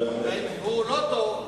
אם הוא לא טוב,